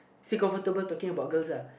still comfortable talking about girls uh